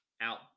out